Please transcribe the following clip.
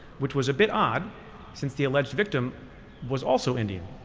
which was a bit odd since the alleged victim was also indian.